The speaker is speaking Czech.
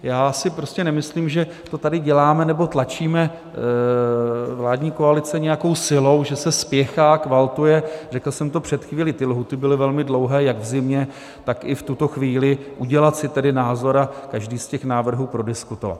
Já si prostě nemyslím, že to tady děláme nebo tlačíme, vládní koalice, nějakou silou, že se spěchá, kvaltuje, řekl jsem to před chvílí, ty lhůty byly velmi dlouhé jak v zimě, tak i v tuto chvíli, udělat si názor a každý z těch návrhů prodiskutovat.